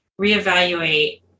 reevaluate